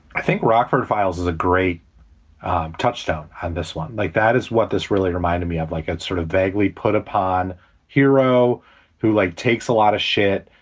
i think rockford files is a great touchdown. and this one like that is what this really reminded me of. like i'd sort of vaguely put upon hero who like takes a lot of shit.